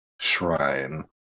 shrine